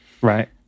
Right